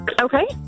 Okay